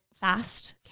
fast